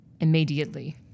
Immediately